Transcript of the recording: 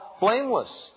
blameless